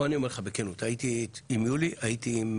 אני אומר לך בכנות, הייתי עם יולי, הייתי עם